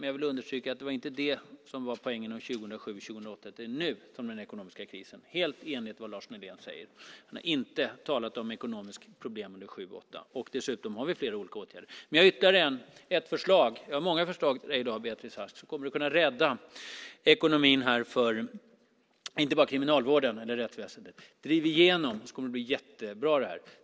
Jag vill understryka att det inte var det som var poängen åren 2007 och 2008. Det är nu som den ekonomiska krisen kommer, helt i enlighet med vad Lars Nylén säger. Han har inte talat om ekonomiska problem under 2007 och 2008. Dessutom har vi flera olika åtgärder. Jag har ytterligare ett förslag - jag har många förslag till dig i dag, Beatrice Ask - som kommer att kunna rädda ekonomin inte bara för Kriminalvården och rättsväsendet.